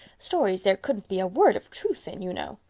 stories there couldn't be a word of truth in, you know.